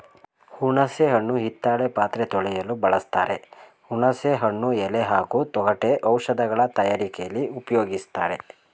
ಹುಣಸೆ ಹಣ್ಣು ಹಿತ್ತಾಳೆ ಪಾತ್ರೆ ತೊಳೆಯಲು ಬಳಸ್ತಾರೆ ಹುಣಸೆ ಹಣ್ಣು ಎಲೆ ಹಾಗೂ ತೊಗಟೆ ಔಷಧಗಳ ತಯಾರಿಕೆಲಿ ಉಪ್ಯೋಗಿಸ್ತಾರೆ